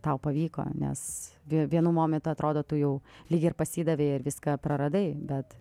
tau pavyko nes vie vienu momentu atrodo tu jau lyg ir pasidavei ir viską praradai bet